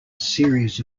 series